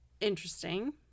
Interesting